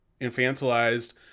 infantilized